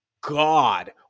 God